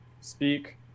speak